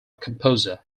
composer